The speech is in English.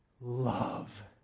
love